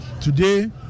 Today